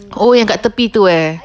oh yang kat tepi err